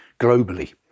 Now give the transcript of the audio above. globally